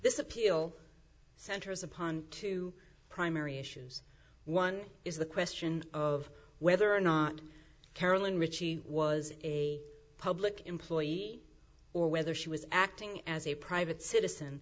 this appeal centers upon two primary issues one is the question of whether or not carolyn richie was a public employee or whether she was acting as a private citizen